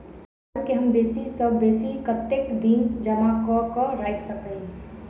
आलु केँ हम बेसी सऽ बेसी कतेक दिन जमा कऽ क राइख सकय